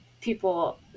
people